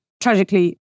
tragically